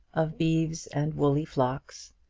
of beeves and woolly flocks,